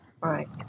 Right